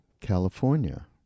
California